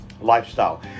Lifestyle